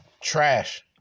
trash